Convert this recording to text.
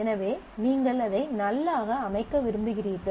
எனவே நீங்கள் அதை நல் ஆக அமைக்க விரும்புகிறீர்கள்